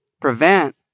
prevent